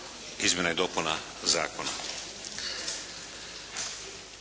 izmjena i dopuna zakona.